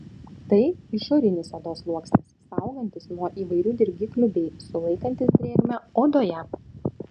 tai išorinis odos sluoksnis saugantis nuo įvairių dirgiklių bei sulaikantis drėgmę odoje